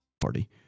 Party